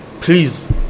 please